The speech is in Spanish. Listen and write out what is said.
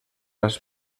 las